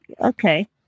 okay